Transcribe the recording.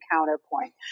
counterpoint